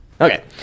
Okay